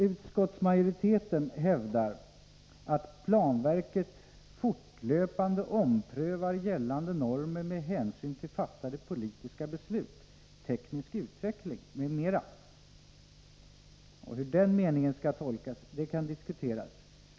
Utskottsmajoriteten hävdar att planverket fortlöpande omprövar gällande normer med hänsyn till fattade politiska beslut, teknisk utveckling m.m. Hur den meningen skall tolkas kan diskuteras.